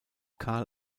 karl